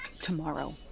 tomorrow